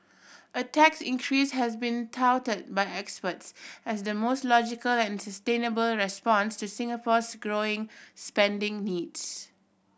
a tax increase has been touted by experts as the most logical and sustainable response to Singapore's growing spending needs